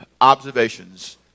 observations